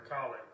college